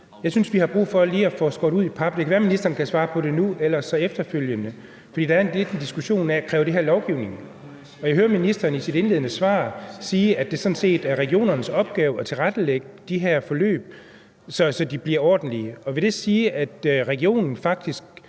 Jeg synes, vi har brug for lige at få skåret det ud i pap. Det kan være, ministeren kan svare på det nu eller efterfølgende. Der er lidt en diskussion af, om det her kræver lovgivning. Jeg hører ministeren i sit indledende svar sige, at det sådan set er regionernes opgave at tilrettelægge de her forløb, så de bliver ordentlige. Vil det sige, at en region faktisk